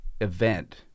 event